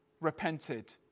repented